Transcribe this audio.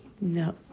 No